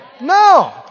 No